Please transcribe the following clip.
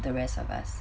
the rest of us